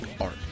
art